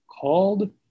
Called